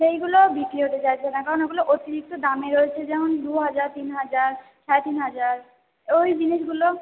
সেইগুলো বিক্রি হতে চাইছে না কারণ ওগুলো অতিরিক্ত দামে রয়েছে যেমন দু হাজার তিন হাজার সাড়ে তিন হাজার ওই জিনিসগুলো